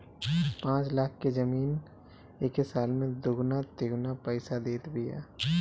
पाँच लाख के जमीन एके साल में दुगुना तिगुना पईसा देत बिया